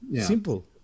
Simple